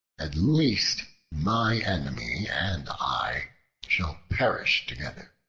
at least my enemy and i shall perish together.